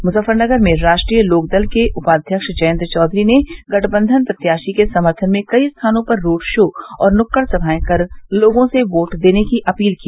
मुजफ्फरनगर में राष्ट्रीय लोकदल के उपाध्यक्ष जयन्त चौधरी ने गठबंधन प्रत्याशी के समर्थन में कई स्थानों पर रोड शो और नुक्कड़ सभायें कर लोगों से वोट देने की अपील की